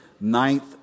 ninth